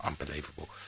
unbelievable